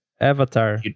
avatar